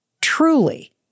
truly